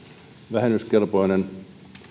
vähennyskelpoinen